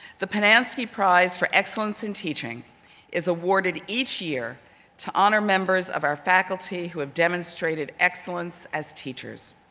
the pinanski prize for excellence in teaching is awarded each year to honor members of our faculty who have demonstrated excellence as teachers.